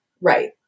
right